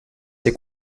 ses